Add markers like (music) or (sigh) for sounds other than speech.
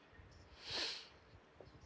(noise)